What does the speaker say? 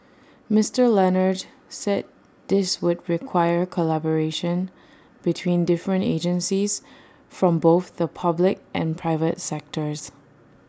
Mister Leonard said this would require collaboration between different agencies from both the public and private sectors